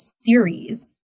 series